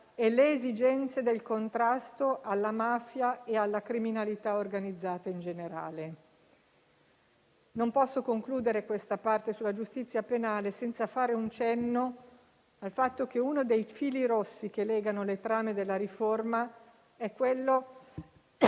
e le esigenze del contrasto alla mafia e alla criminalità organizzata in generale. Non posso concludere questa parte sulla giustizia penale senza fare un cenno al fatto che uno dei fili rossi che legano le trame della riforma è la